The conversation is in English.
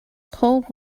cold